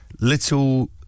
little